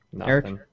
Eric